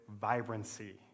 vibrancy